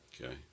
Okay